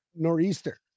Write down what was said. nor'easter